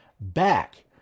back